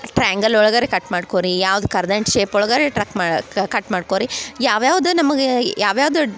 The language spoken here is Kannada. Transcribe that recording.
ಟ್ರೈಯಾಂಗಲ್ ಒಳಗರ ಕಟ್ ಮಾಡ್ಕೊ ರೀ ಯಾವ್ದ ಕರ್ದಂಟು ಶೇಪ್ ಒಳಗರ ಟ್ರಕ್ ಮಾಡಿ ಕಟ್ ಮಾಡ್ಕೊ ರೀ ಯಾವ ಯಾವುದು ನಮಗೆ ಯಾವ ಯಾವ್ದ